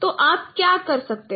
तो आप क्या कर सकते हैं